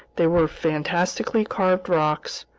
they were fantastically carved rocks,